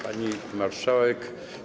Pani Marszałek!